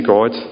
God